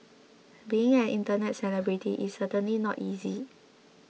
being an internet celebrity is certainly not easy